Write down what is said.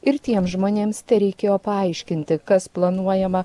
ir tiems žmonėms tereikėjo paaiškinti kas planuojama